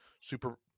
super